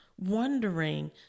wondering